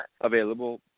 available